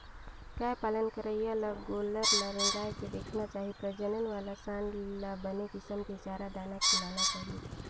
गाय पालन करइया ल गोल्लर ल रेंगाय के देखना चाही प्रजनन वाला सांड ल बने किसम के चारा, दाना खिलाना चाही